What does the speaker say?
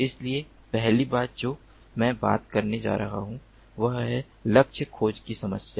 इसलिए पहली बात जो मैं बात करने जा रहा हूं वह है लक्ष्य खोज की समस्या